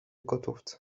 gotówce